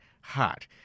hot